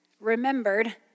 remembered